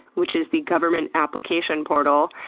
which is the government application portal,